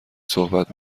صحبت